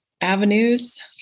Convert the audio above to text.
avenues